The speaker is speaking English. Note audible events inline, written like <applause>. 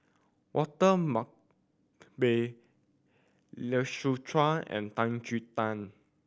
Walter <unintelligible> Lai Siu Chiu and Tan Chin Tuan